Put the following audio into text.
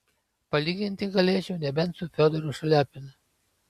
palyginti galėčiau nebent su fiodoru šaliapinu